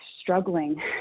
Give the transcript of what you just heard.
struggling